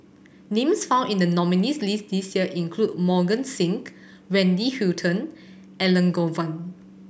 names found in the nominees' list this year include Mohan Singh Wendy Hutton Elangovan